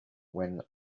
when